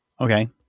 Okay